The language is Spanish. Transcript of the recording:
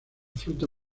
fruta